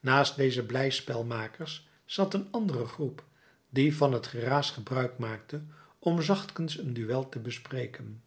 naast deze blijspelmakers zat een andere groep die van het geraas gebruik maakte om zachtkens een duël te bespreken